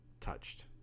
touched